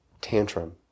tantrum